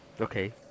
Okay